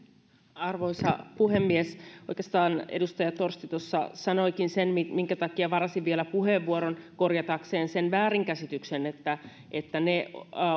arvoisa puhemies oikeastaan edustaja torsti tuossa sanoikin sen minkä takia varasin vielä puheenvuoron korjatakseni sen väärinkäsityksen että että ne